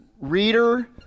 Reader